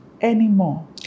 anymore